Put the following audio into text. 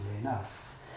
enough